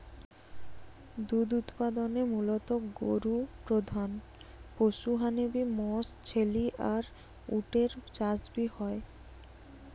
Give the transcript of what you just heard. দুধ উতপাদনে মুলত গরু প্রধান পশু হ্যানে বি মশ, ছেলি আর উট এর চাষ বি হয়